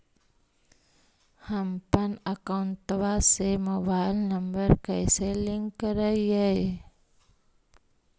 हमपन अकौउतवा से मोबाईल नंबर कैसे लिंक करैइय?